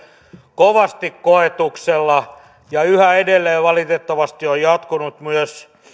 kovasti koetuksella ja yhä edelleen valitettavasti on jatkunut myös